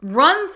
run